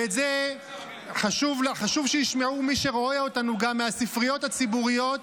ואת זה חשוב שישמעו גם מי מהספריות הציבוריות,